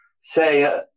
say